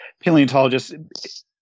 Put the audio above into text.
paleontologists